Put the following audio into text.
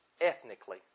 ethnically